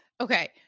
okay